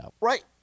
Right